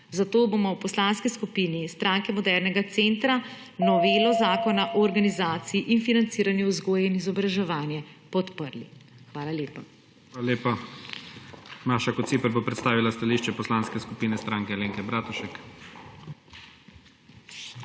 Zato bomo v Poslanski skupini Stranke modernega centra novelo Zakona o organizaciji in financiranju vzgoje in izobraževanja podprli. Hvala lepa. **PREDSEDNIK IGOR ZORČIČ:** Hvala lepa. Maša Kociper bo predstavila stališče Poslanske skupine Stranke Alenke Bratušek. **MAŠA